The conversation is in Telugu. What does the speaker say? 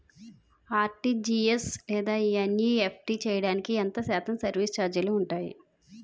ఆర్.టీ.జీ.ఎస్ లేదా ఎన్.ఈ.ఎఫ్.టి చేయడానికి ఎంత శాతం సర్విస్ ఛార్జీలు ఉంటాయి?